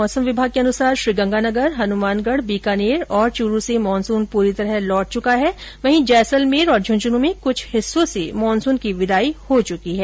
मौसम विभाग के अनुसार श्रीगंगानगर हनुमानगढ बीकानेर च्रूर से मानसून पूरी तरह लौट चुका है वहीं जैसलमेर तथा झुंझुनू में कुछ हिस्सों से मानसून की विदाई हो चुकी है